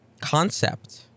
concept